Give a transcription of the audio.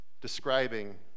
describing